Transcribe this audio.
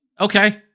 okay